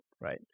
right